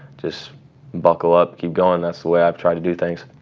just buckle up, keep going, that's the way i've tried to do things.